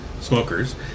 smokers